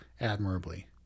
admirably